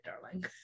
darling